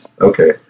Okay